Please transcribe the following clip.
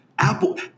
Apple